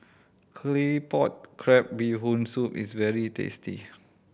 Claypot Crab Bee Hoon Soup is very tasty